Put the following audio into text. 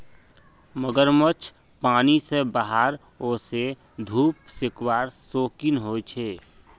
मगरमच्छ पानी से बाहर वोसे धुप सेकवार शौक़ीन होचे